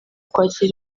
kwakira